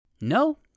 No